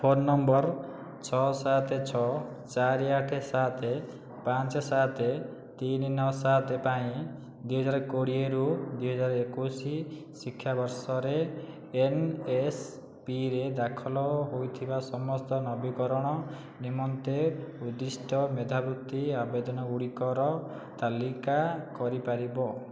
phone number ଛଅ ସାତେ ଛଅ ଚାରି ଆଠେ ସାତେ ପାଞ୍ଚେ ସାତେ ତିନି ନଅ ସାତେ ପାଇଁ ଦୁଇହଜାର କୋଡ଼ିଏ ରୁ ଦୁଇହଜାର ଏକୋଇଶି ପାଇଁ ଶିକ୍ଷାବର୍ଷରେ ଏନ୍ଏସ୍ପିରେ ଦାଖଲ ହୋଇଥିବା ସମସ୍ତ ନବୀକରଣ ନିମନ୍ତେ ଉଦ୍ଦିଷ୍ଟ ମେଧାବୃତ୍ତି ଆବେଦନ ଗୁଡିକର ତାଲିକା କରିପାରିବ